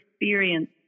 experience